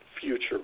future